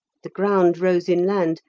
the ground rose inland,